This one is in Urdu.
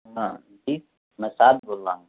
ہاں جی میں سعد بول رہا ہوں